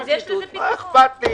בבקשה,